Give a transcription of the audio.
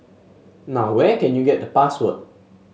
now where can you get the password